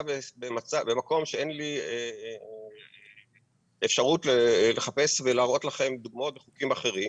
נמצא במקום שאין לי אפשרות לחפש ולהראות לכם דוגמאות בחוקים אחרים,